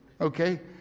okay